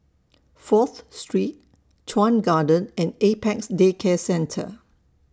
Fourth Street Chuan Garden and Apex Day Care Centre